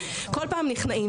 בכל פעם נכנעים.